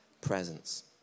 presence